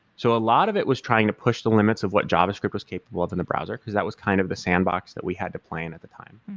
so a lot of it was trying to push the limits of what javascript was capable of in the browser, because that was kind of the sandbox that we had to plan at the time.